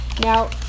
Now